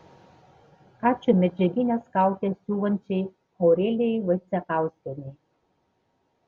ačiū medžiagines kaukes siuvančiai aurelijai vaicekauskienei